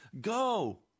Go